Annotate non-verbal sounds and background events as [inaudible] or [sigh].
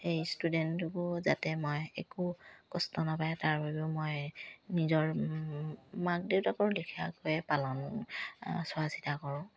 সেই ষ্টুডেণ্ট [unintelligible] একো কষ্ট নাপায় তাৰ বাবেও মই নিজৰ মাক দেউতাকৰ লিখীয়াকৈ পালন চোৱা চিতা কৰোঁ